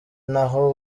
naho